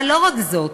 אבל לא רק זאת,